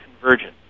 convergence